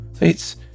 It's